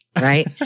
Right